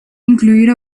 incluir